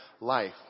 life